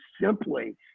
simply